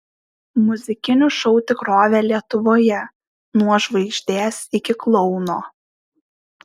muzikinių šou tikrovė lietuvoje nuo žvaigždės iki klouno